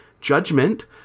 judgment